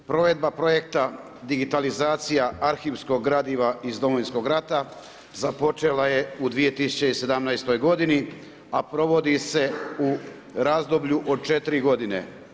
Provedba projekta digitalizacija arhivskog gradiva iz Domovinskog rata započela je u 2017. godini a provodi se u razdoblju od 4 godine.